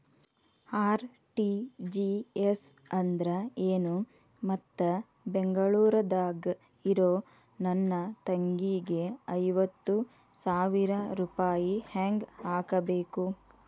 RTGS ಅಂದ್ರ ಏನು ಮತ್ತ ಬೆಂಗಳೂರದಾಗ್ ಇರೋ ನನ್ನ ತಂಗಿಗೆ ಐವತ್ತು ಸಾವಿರ ರೂಪಾಯಿ ಹೆಂಗ್ ಹಾಕಬೇಕು?